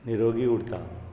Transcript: निरोगी उरता